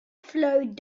flowed